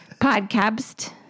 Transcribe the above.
Podcast